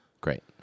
Great